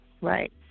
Right